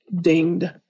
dinged